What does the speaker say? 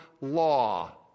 law